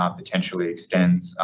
ah potentially extends,